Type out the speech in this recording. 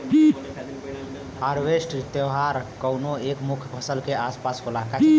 harvest त्यौहार कउनो एक मुख्य फसल के आस पास होला